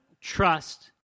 trust